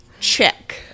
check